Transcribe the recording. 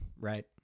right